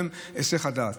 הן היסח הדעת.